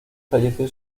falleció